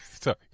Sorry